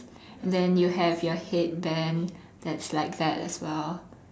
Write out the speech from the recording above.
then you have your headband that's like that as well